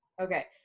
Okay